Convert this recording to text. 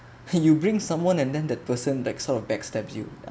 !huh! you bring someone and then that person back~ sort of backstab you